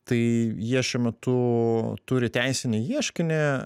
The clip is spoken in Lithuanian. tai jie šiuo metu turi teisinį ieškinį